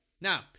Now